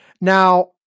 Now